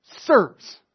serves